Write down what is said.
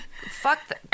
fuck